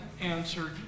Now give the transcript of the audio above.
answered